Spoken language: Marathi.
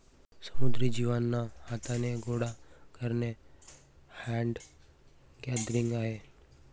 समुद्री जीवांना हाथाने गोडा करणे हैंड गैदरिंग आहे